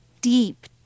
deep